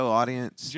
audience